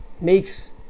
makes